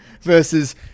versus